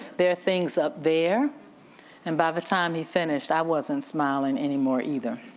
there are things up there and by the time he finished, i wasn't smiling anymore either.